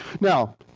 Now